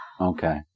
Okay